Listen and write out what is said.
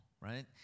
right